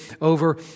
over